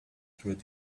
through